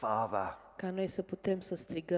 Father